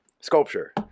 sculpture